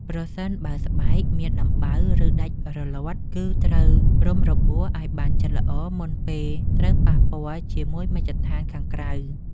ប្រសិនបើស្បែកមានដំបៅ ឬដាច់រលាត់ គឺត្រូវរុំរបួសឱ្យបានជិតល្អមុនពេលត្រូវប៉ះពាល់ជាមួយមជ្ឈដ្ឋានខាងក្រៅ។